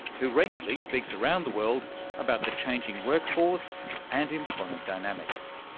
who regularly speaks around the world about the changing workforce and employment dynamics.